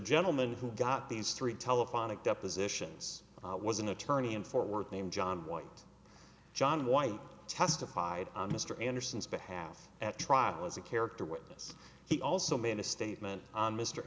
gentleman who got these three telephonic depositions was an attorney in fort worth named john white john white testified on mr anderson's behalf at trial as a character witness he also made a statement on mr